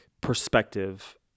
perspective